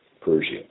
Persia